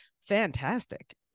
Fantastic